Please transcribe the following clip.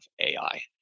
AI